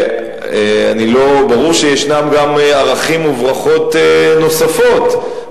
ברור שיש גם ערכים וברכות נוספים,